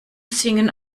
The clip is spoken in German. singen